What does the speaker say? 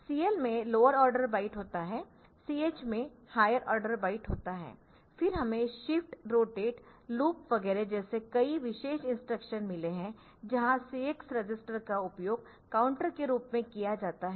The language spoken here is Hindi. CL में लोअर ऑर्डर बाइट होता है CH में हायर ऑर्डर बाइट होता है फिर हमें शिफ्ट रोटेट लूप वगैरह जैसे कई विशेष इंस्ट्रक्शन मिले है जहां CX रजिस्टर का उपयोग काउंटर के रूप में किया जाता है